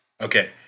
Okay